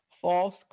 false